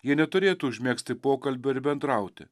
jie neturėtų užmegzti pokalbio ir bendrauti